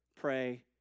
pray